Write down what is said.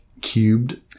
cubed